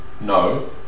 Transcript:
no